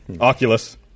Oculus